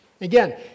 Again